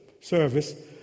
service